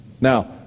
Now